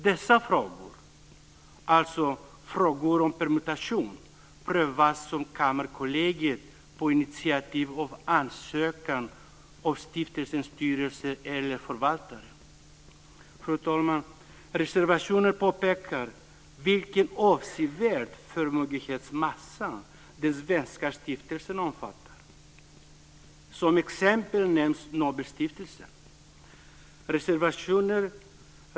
Dessa frågor, alltså frågor om permutation, prövas av Fru talman! I reservationen påpekas vilken avsevärd förmögenhetsmassa de svenska stiftelserna omfattar. Som exempel nämns Nobelstiftelsen.